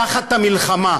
תחת המלחמה,